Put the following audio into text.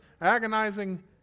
agonizing